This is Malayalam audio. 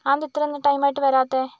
അതെന്താ ഇത്ര ടൈമായിട്ടും വരാത്തത്